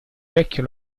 vecchio